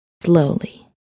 slowly